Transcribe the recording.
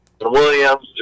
Williams